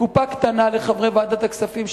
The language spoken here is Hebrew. קופה קטנה לחברי ועדת הכספים,